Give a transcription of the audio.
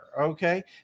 Okay